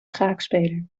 schaakspeler